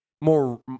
more